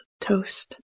Toast